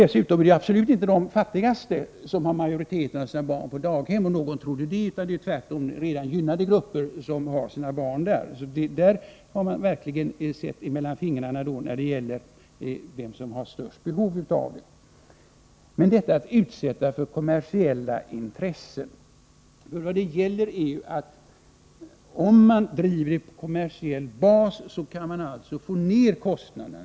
Dessutom är det absolut inte de fattigaste som utgör majoriteten av dem som har sina barn på daghem, om någon trodde det. Tvärtom är det redan gynnade grupper som har sina barn där. När det gäller vem som har störst behov av daghem har man verkligen sett mellan fingrarna. Men jag vill återkomma till formuleringen att vården inte bör ”utsättas för kommersiella intressen”. Vad det gäller är, att om man bedriver verksamheten på kommersiell bas så kan man få ned kostnaderna.